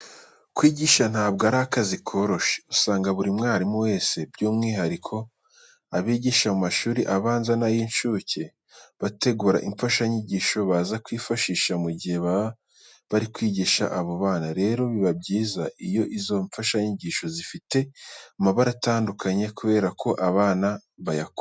Kwigisha ntabwo ari akazi koroshye, usanga buri mwarimu wese by'umwihariko abigisha mu mashuri abanza n'ay'inshuke bategura imfashanyigisho baza kwifashisha mu gihe baba bari kwigisha abo bana. Rero, biba byiza iyo izo mfashanyigisho zifite amabara atandukanye kubera ko abana bayakunda.